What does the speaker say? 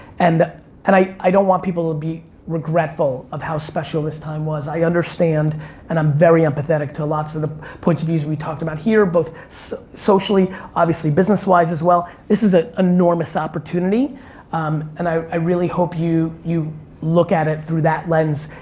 and and i i don't want people to be regretful of how special this time was. i understand and i'm very empathetic to lots of the points of view we talked about here, both socially, obviously, business-wise as well, this is an enormous opportunity um and i really hope you you look at it through that lens.